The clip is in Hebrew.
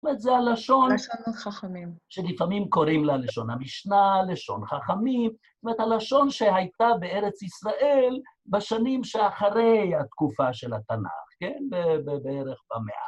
זאת אומרת, זה הלשון... ‫-לשון החכמים. שלפעמים קוראים לה לשון המשנה, ‫לשון החכמים. זאת אומרת, הלשון שהייתה בארץ ישראל בשנים שאחרי התקופה של התנ"ך, כן, ‫בערך במאה...